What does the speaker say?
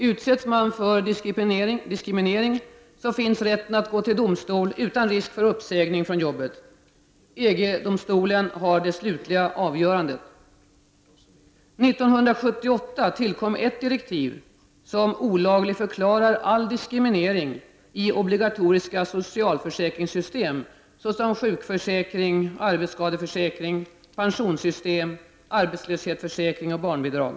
Utsätts man för diskriminering, finns rätten att gå till domstol utan risk för uppsägning från jobbet. EG-domstolen har det slutliga avgörandet. 1978 tillkom ett direktiv som olagligförklarar all diskriminering i obligatoriska socialförsäkringssystem såsom sjukförsäkring, arbetsskadeförsäkring, pensionssystem, arbetslöshetsförsäkring och barnbidrag.